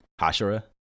Hashira